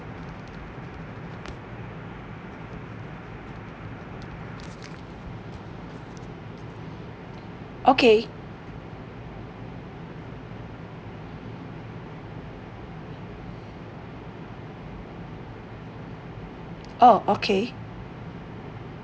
okay oh okay